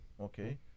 okay